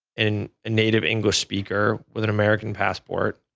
and native english speaker with an american passport,